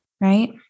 right